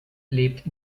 lebt